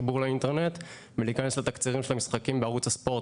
צריך חיבור לאינטרנט ולהיכנס לתקצירים של המשחקים בערוץ הספורט